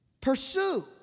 pursue